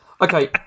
Okay